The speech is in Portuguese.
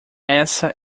essa